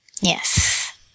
Yes